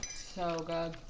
so good